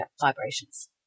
vibrations